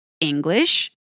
English